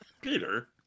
Peter